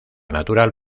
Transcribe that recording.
natural